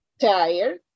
tired